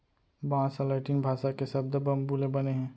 बांस ह लैटिन भासा के सब्द बंबू ले बने हे